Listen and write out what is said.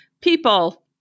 People